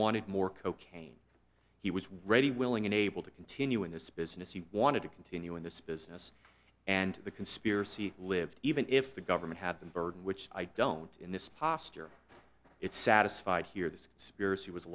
wanted more cocaine he was ready willing and able to continue in this business he wanted to continue in this business and the conspiracy lived even if the government had the burden which i don't in this posture it satisfied here this